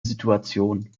situation